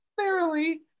fairly